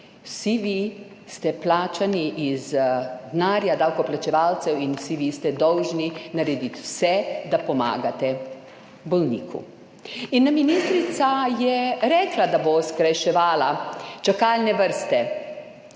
plačani iz denarja davkoplačevalcev in vsi vi ste dolžni narediti vse, da pomagate bolniku. In ministrica je rekla, da bo skrajševala čakalne vrste.